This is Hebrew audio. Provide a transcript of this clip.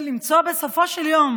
ולמצוא בסופו של יום